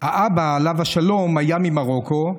האבא, עליו השלום, היה ממרוקו,